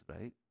right